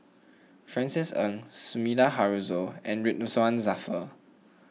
Francis Ng Sumida Haruzo and Ridzwan Dzafir